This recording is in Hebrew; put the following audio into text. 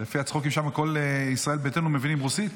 לפי הצחוקים שם, כל ישראל ביתנו מבינים רוסית?